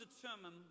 determine